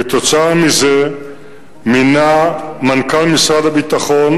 2. כתוצאה מזה מינה מנכ"ל משרד הביטחון